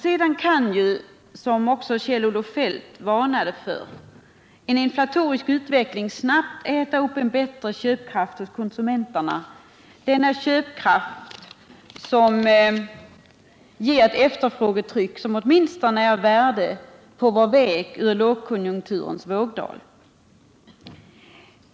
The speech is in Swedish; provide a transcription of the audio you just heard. Sedan kan ju, som också Kjell-Olof Feldt varnade för, en inflatorisk utveckling snabbt äta upp en bättre köpkraft hos konsumenterna, denna köpkraft som ger ett efterfrågetryck som åtminstone är av värde på vår väg ur lågkonjunkturens vågdal.